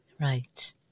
right